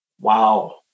Wow